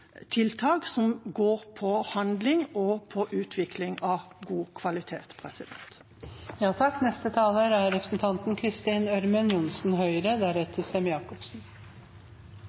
tiltak som går på handling og på utvikling av god kvalitet. Vi vet at det er